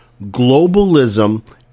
Globalism